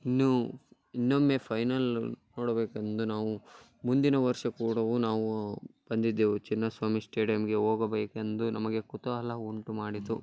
ಇನ್ನೂ ಇನ್ನೊಮ್ಮೆ ಫೈನಲ್ ನೋಡಬೇಕೆಂದು ನಾವು ಮುಂದಿನ ವರ್ಷ ಕೂಡ ನಾವು ಬಂದಿದ್ದೆವು ಚಿನ್ನಸ್ವಾಮಿ ಸ್ಟೇಡಿಯಮ್ಗೆ ಹೋಗಬೇಕೆಂದು ನಮಗೆ ಕುತೂಹಲ ಉಂಟು ಮಾಡಿತು